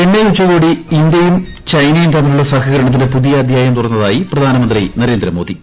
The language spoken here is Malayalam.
ചെന്നൈ ഉച്ചകോടി ഇന്തൃയും ചൈനയും തമ്മിലുള്ള സഹകരണത്തിന്റെ പുതിയ അദ്ധ്യായം തുറന്നതായി പ്രധാനമന്ത്രി നരേന്ദ്രമോദി